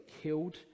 killed